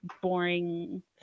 boring